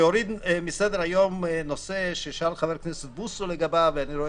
להוריד מסדר היום נושא ששאל לגביו חבר הכנסת בוסו ואני רואה